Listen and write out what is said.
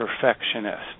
perfectionist